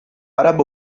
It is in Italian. arabo